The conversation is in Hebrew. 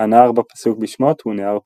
הנהר בפסוק בשמות הוא נהר פרת.